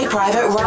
Private